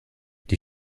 die